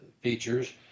features